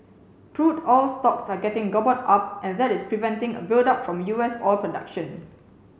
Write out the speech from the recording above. crude oil stocks are getting gobbled up and that is preventing a buildup from U S oil production